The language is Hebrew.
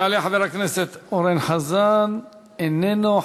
יעלה חבר הכנסת אורן חזן, איננו.